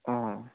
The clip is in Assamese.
অঁ